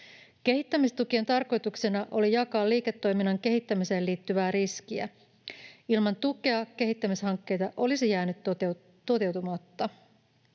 Kehittämistukien tarkoituksena oli jakaa liiketoiminnan kehittämiseen liittyvää riskiä. Ilman tukea kehittämishankkeita olisi jäänyt toteutumatta.